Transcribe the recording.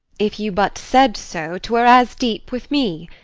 if you but said so, twere as deep with me.